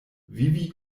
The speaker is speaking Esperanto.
vivi